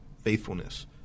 faithfulness